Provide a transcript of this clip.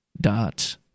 dot